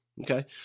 Okay